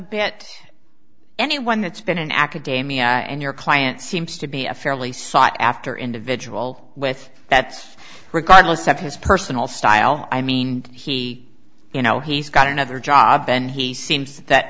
bit anyone that's been in academia and your client seems to be a fairly sought after individual with that's regardless of his personal style i mean he you know he's got another job and he seems that